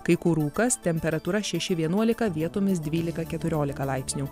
kai kur rūkas temperatūra šeši vienuolika vietomis dvylika keturiolika laipsnių